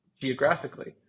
Geographically